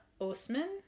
Osman